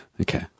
okay